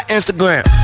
Instagram